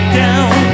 down